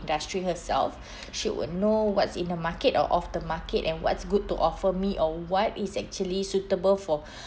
industry herself she would know what's in the market or of the market and what's good to offer me or what is actually suitable for